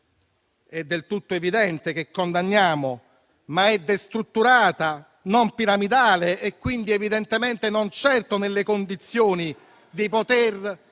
è del tutto evidente che condanniamo, ma che è destrutturata, non piramidale e quindi evidentemente non è certo nelle condizioni di poter